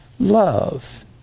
Love